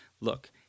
look